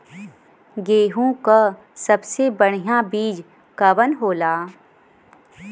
गेहूँक सबसे बढ़िया बिज कवन होला?